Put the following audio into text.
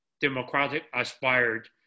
democratic-aspired